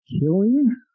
killing